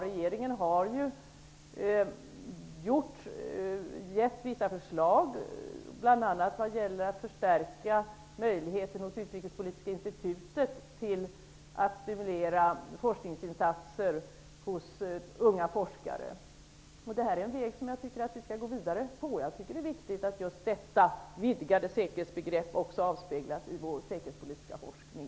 Regeringen har ju kommit med vissa förslag, bl.a. vad gäller att förstärka Utrikespolitiska institutets möjligheter att stimulera forskningsinsatser hos unga forskare. Detta är en väg som jag tycker att vi skall gå vidare på. Det är viktigt att just detta vidgade säkerhetsbegrepp också avspeglas i vår säkerhetspolitiska forskning.